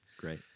Great